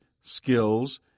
skills